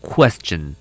Question